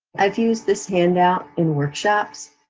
i've used this handout in workshops,